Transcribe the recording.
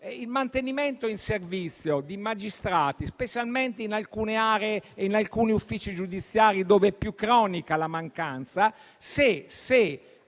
il mantenimento in servizio di magistrati specialmente in alcune aree e in alcuni uffici giudiziari dove la mancanza